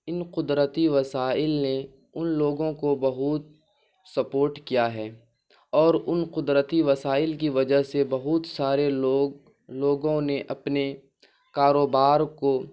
ان قدرتی وسائل نے ان لوگوں کو بہت سپورٹ کیا ہے اور ان قدرتی وسائل کی وجہ سے بہت سارے لوگ لوگوں نے اپنے کاروبار کو